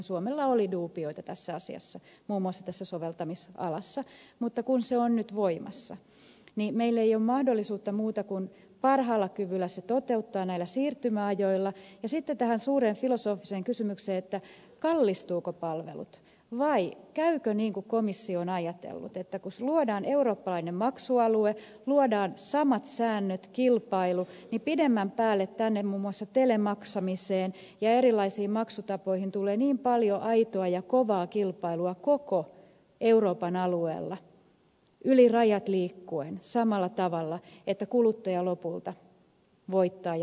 suomella oli duubioita tässä asiassa muun muassa tässä soveltamisalassa mutta kun se on nyt voimassa niin meillä ei ole muuta mahdollisuutta kuin parhaalla kyvyllä se toteuttaa näillä siirtymäajoilla ja sitten tullaan tähän suureen filosofiseen kysymykseen kallistuvatko palvelut vai käykö niin kuin komissio on ajatellut että kun luodaan eurooppalainen maksualue luodaan samat säännöt ja kilpailu niin pidemmän päälle muun muassa telemaksamiseen ja erilaisiin maksutapoihin tulee niin paljon aitoa ja kovaa kilpailua koko euroopan alueella yli rajat liikkuen samalla tavalla että kuluttaja lopulta voittaa ja merkittävästi